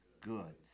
good